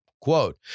quote